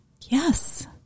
Yes